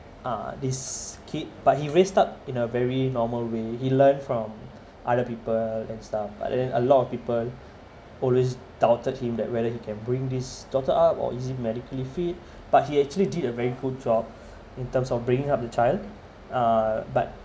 uh his kid but he raised up in a very normal way he learned from other people and stuff but then a lot of people always doubted him that whether he can bring his daughter up or is he medically fit but he actually did a very good job in terms of bringing up the child uh but